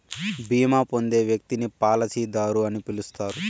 బీమా పొందే వ్యక్తిని పాలసీదారు అని పిలుస్తారు